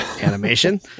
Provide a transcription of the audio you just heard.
animation